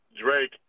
Drake